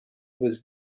was